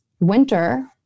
winter